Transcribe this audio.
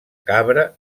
cabra